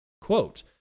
quote